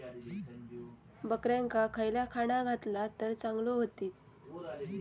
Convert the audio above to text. बकऱ्यांका खयला खाणा घातला तर चांगल्यो व्हतील?